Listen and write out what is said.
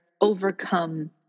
overcome